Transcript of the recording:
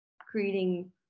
creating